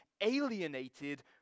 alienated